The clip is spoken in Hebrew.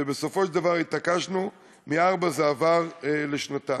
ובסופו של דבר התעקשנו ומארבע זה עבר לשנתיים.